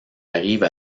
arrive